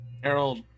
Harold